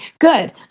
good